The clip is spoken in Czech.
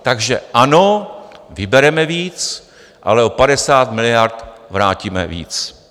Takže ano, vybereme víc, ale o 50 miliard vrátíme víc.